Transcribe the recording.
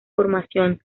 formación